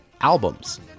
albums